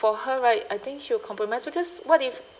for her right I think she'll compromise because what if